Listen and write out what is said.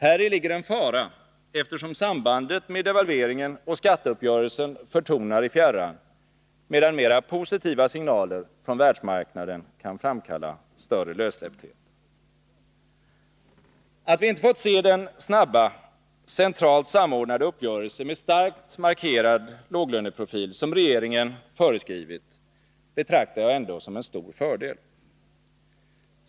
Häri ligger en fara, eftersom sambandet med devalveringen och skatteuppgörelsen förtonar i fjärran, medan mera positiva signaler från världsmarknaden kan framkalla större lössläppthet. Att vi inte fått se den snabba, centralt samordnade löneuppgörelse med starkt markerad låglöneprofil som regeringen föreskrivit betraktar jag ändå som en stor fördel.